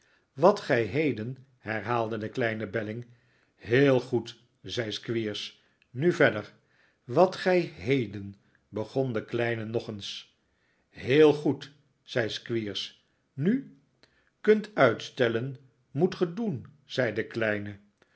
wat gij heden herhaalde de kleine belling heel goed zei squeers nu verder wat gij heden begon de kleine nog eens heel goed zei squeers nu kunt uitstellen moet ge doen zei de kleine